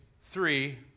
three